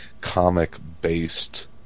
comic-based